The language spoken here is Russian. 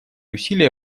усилия